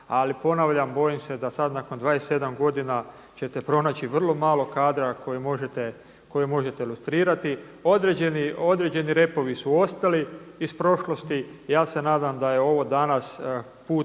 Ali ponavljam, bojim se da sad nakon 27 godina ćete pronaći vrlo malo kadra koji možete lustrirati. Određeni repovi su ostali iz prošlosti. Ja se nadam da je ovo danas put